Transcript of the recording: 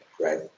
right